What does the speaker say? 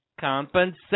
compensation